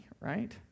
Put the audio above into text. right